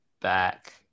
back